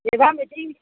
এইবাৰ মেট্ৰিক